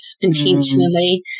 intentionally